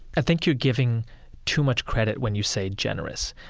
i think you're giving too much credit when you say generous.